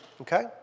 Okay